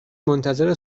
منتظر